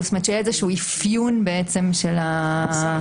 שיהיה איזשהו אפיון של העבירות.